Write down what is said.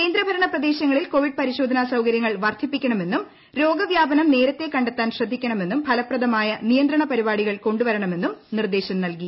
കേന്ദ്ര ഭരണ പ്രദേശങ്ങളിൽ കോവിഡ് പരിശോധനാ സൌകര്യങ്ങൾ വർദ്ധിപ്പിക്കണമെന്നും രോഗവ്യാപനം നേരത്തെ കണ്ടെത്താൻ ശ്രദ്ധിക്കണമെന്നും ഫലപ്രദമായ നിയന്ത്രണ പരിപാടികൾ കൊണ്ടുവരണമെന്നും നിർദ്ദേശം നൽകി